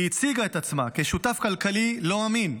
היא הציגה את עצמה כשותף כלכלי לא אמין,